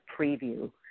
preview